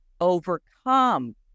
overcome